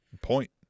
point